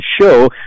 show